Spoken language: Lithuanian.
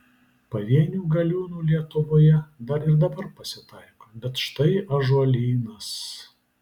pavienių galiūnų lietuvoje dar ir dabar pasitaiko bet štai ąžuolynas